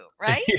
right